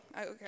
okay